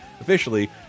Officially